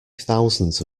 thousands